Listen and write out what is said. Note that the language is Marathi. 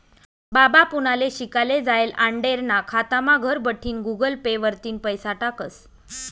बाबा पुनाले शिकाले जायेल आंडेरना खातामा घरबठीन गुगल पे वरतीन पैसा टाकस